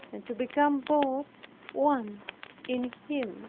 and to become both one in him